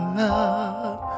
love